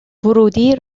ورودی